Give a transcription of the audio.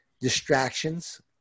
Distractions